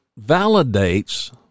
validates